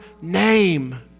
name